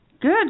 Good